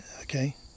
Okay